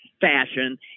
fashion